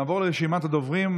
נעבור לרשימת הדוברים.